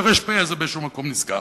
שהר"פ הזה באיזה מקום נסגר